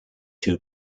two